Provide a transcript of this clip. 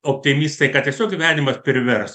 optimistai kad tiesiog gyvenimas privers